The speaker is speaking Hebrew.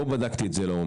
לא בדקתי את זה לעומק.